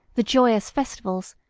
the joyous festivals,